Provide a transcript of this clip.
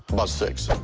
about six?